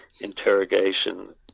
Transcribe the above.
interrogation